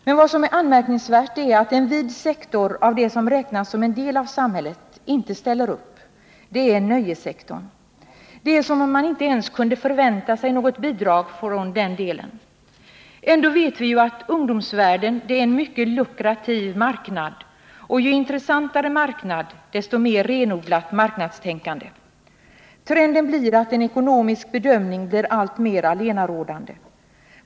Men vad som är anmärkningsvärt är att en vid sektor av det som räknas som en del av samhället inte ställer upp, nämligen nöjessektorn. Det är som om man inte ens kunde förvänta sig något bidrag från denna del. Ändå vet vi ju att ungdomsvärlden är en mycket lukrativ marknad, och ju intressantare marknad desto mer renodlat marknadstänkande. Trenden är att en ekonomisk bedömning blir alltmer allenarådande.